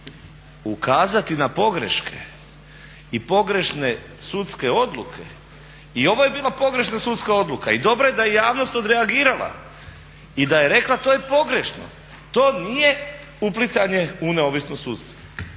ukazati na pogreške i pogrešne sudske odluke. I ovo je bila pogrešna sudske odluka i dobro je da je javnost odreagirala i da je rekla to je pogrešno. To nije uplitanje u neovisnost sudstva.